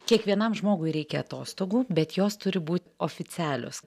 kiekvienam žmogui reikia atostogų bet jos turi būt oficialios